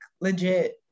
legit